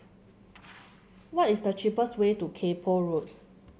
what is the cheapest way to Kay Poh Road